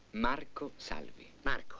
marco salvi. marco.